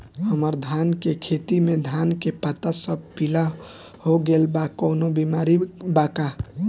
हमर धान के खेती में धान के पता सब पीला हो गेल बा कवनों बिमारी बा का?